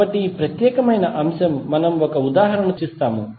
కాబట్టి ఈ ప్రత్యేక అంశం మనం ఒక ఉదాహరణతో చర్చిస్తాము